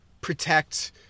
protect